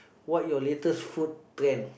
what your latest food trend